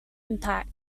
impact